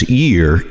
year